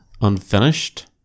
unfinished